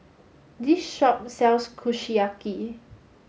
this shop sells Kushiyaki